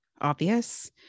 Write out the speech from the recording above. obvious